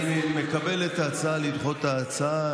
אני מקבל את ההצעה לדחות את ההצבעה.